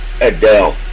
Adele